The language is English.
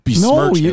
No